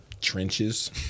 trenches